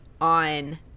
on